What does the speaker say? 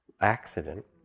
accident